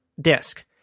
disk